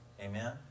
Amen